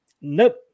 Nope